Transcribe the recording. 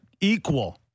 equal